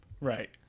Right